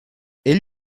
ell